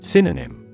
Synonym